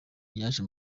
yaje